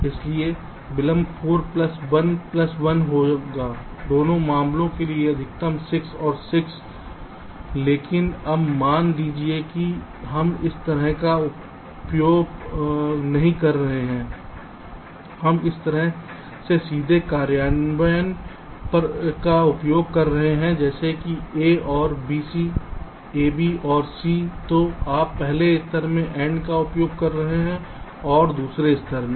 इसलिए विलंब 4 plus 1 plus 1 से होगा दोनों मामलों के लिए अधिकतम 6 और 6 लेकिन अब मान लीजिए कि हम इस तरह का उपयोग नहीं कर रहे हैं हम इस तरह से सीधे कार्यान्वयन का उपयोग कर रहे हैं जैसे कि a or bc ab or c जो आप पहले स्तर में AND उपयोग कर रहे हैं OR दूसरे स्तर में